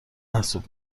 محسوب